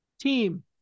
team